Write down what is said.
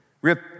rip